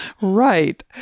Right